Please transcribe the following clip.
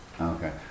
Okay